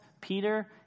Peter